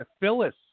Phyllis